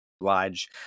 oblige